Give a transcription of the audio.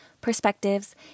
perspectives